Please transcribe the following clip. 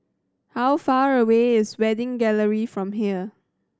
how far away is Wedding Gallery from here